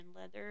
leather